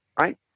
right